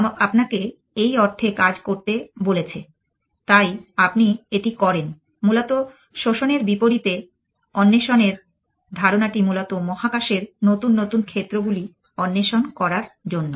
কেউ আপনাকে এই অর্থে কাজ করতে বলেছে তাই আপনি এটি করেন মূলত শোষণের বিপরীতে অন্বেষণের ধারণাটি মূলত মহাকাশের নতুন নতুন ক্ষেত্রগুলি অন্বেষণ করার জন্য